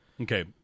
Okay